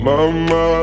Mama